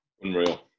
Unreal